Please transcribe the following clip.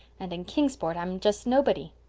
and in kingsport i'm just nobody!